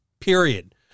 period